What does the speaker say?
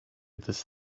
this